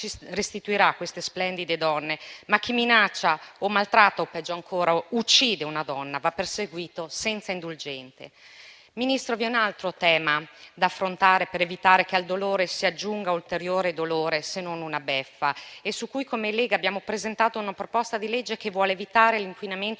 restituirà queste splendide donne; ma chi minaccia, maltratta o peggio ancora uccide una donna va perseguito senza indulgenza. Ministro, vi è un altro tema da affrontare per evitare che al dolore si aggiunga ulteriore dolore, se non una beffa: il Gruppo Lega, ha presentato una proposta di legge che vuole evitare l'inquinamento